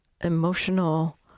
emotional